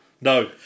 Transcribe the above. No